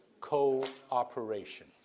cooperation